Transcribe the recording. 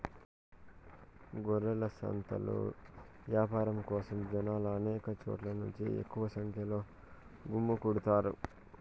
గొర్రెల సంతలో యాపారం కోసం జనాలు అనేక చోట్ల నుంచి ఎక్కువ సంఖ్యలో గుమ్మికూడతారు